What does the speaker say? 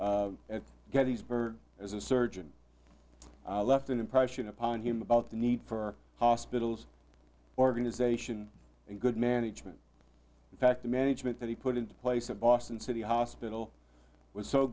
at gettysburg as a surgeon left an impression upon him about the need for hospitals organization and good management in fact the management that he put into place a boston city hospital was so